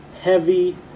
heavy